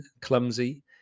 clumsy